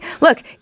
Look